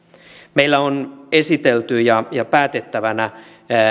meillä on esitelty ja päätettävänä